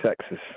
Texas